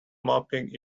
moping